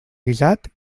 guisat